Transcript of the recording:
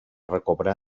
recobrar